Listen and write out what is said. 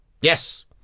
Yes